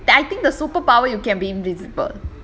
dey I think the super power you can be invisible